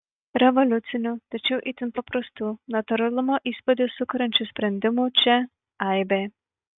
revoliucinių tačiau itin paprastų natūralumo įspūdį sukuriančių sprendimų čia aibė